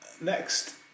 Next